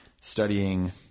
studying